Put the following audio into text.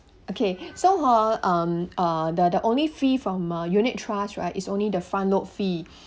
okay so ah um uh the the only fee from a unit trust right is only the front load fee